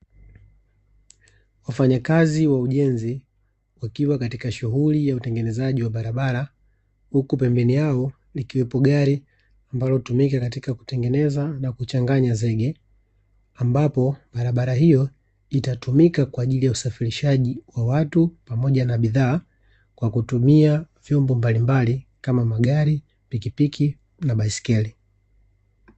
Wafanyakazi wa ujenzi wakiwa katika shughuli ya utengenezaji wa barabara, huku pembeni yao likiwepo gari ambalo hutumika katika kutengeneza na kuchanganya zege ambapo barabara hiyo itatumika kwa ajili ya usafirishaji wa watu pamoja na bidhaa kwa kutumia vyombo mbalimbali kama magari, pikipiki na baiskeli.